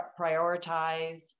prioritize